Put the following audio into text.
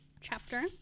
chapter